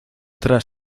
tras